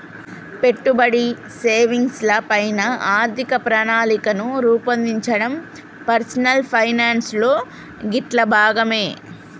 పెట్టుబడి, సేవింగ్స్ ల పైన ఆర్థిక ప్రణాళికను రూపొందించడం పర్సనల్ ఫైనాన్స్ లో గిట్లా భాగమే